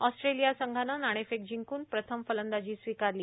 Australia संघानं नाणेफेक जिंकून प्रथम फलंदाजी स्वीकारली